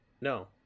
No